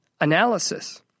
analysis